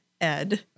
ed